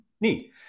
neat